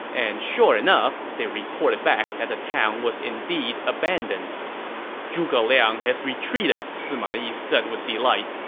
and sure enough, they reported back that the town was indeed abandoned zhuge liang has retreated, sima yi said with delight.